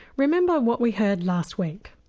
remember what we heard last week.